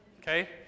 Okay